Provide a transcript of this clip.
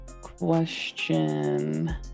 question